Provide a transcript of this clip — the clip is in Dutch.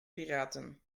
piraten